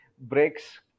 breaks